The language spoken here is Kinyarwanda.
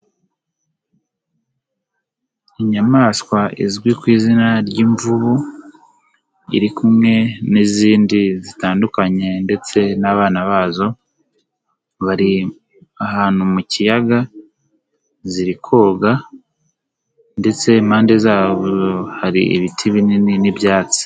Inyamaswa izwi ku izina ry'imvubu, iri kumwe n'izindi zitandukanye ndetse n'abana bazo, bari ahantu mu kiyaga, ziri koga ndetse impande zabo hari ibiti binini n'ibyatsi.